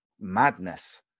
madness